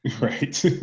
Right